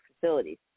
facilities